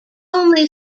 only